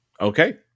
Okay